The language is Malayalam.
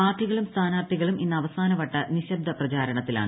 പാർട്ടികളും സ്ഥാനാർത്ഥികളും ഇന്ന് അവസാന വട്ട നിശ്ശബ്ദ പ്രചാരണത്തിലാണ്